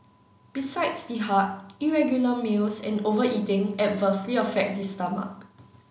besides the heart irregular meals and overeating adversely affect the stomach